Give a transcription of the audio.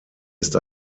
ist